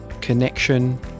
connection